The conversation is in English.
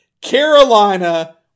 Carolina